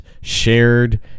shared